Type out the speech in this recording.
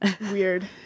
Weird